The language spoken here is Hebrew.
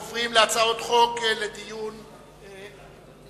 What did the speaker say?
אנחנו עוברים להצעות חוק בדיון מוקדם.